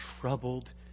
troubled